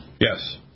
Yes